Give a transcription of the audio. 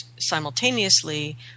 simultaneously